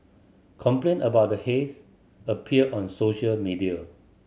complaint about the haze appeared on social media